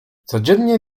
codziennie